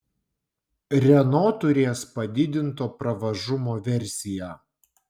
renault turės padidinto pravažumo versiją